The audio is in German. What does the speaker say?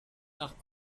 nach